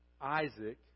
Isaac